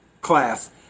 class